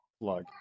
plug